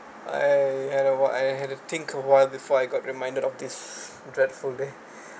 I I know what I have to think awhile before I got reminded of this dreadful day